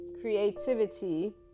creativity